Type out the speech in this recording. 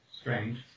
strange